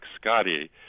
scotty